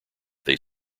they